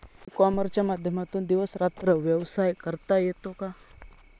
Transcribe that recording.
E कॉमर्सच्या माध्यमातून दिवस रात्र व्यवसाय करता येतो का?